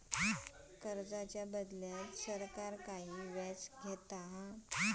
कर्जाच्या बदल्यात सरकार काही व्याज घेता